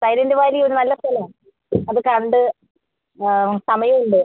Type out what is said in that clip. Silent Valley ഒരു നല്ല സ്ഥലമാണ് അത് കണ്ട് ആ സമയം ഉണ്ട്